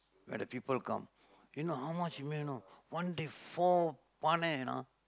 when the people come you know how much you made you know one to four பானை:paanai you know